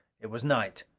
it was night.